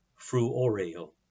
fruoreo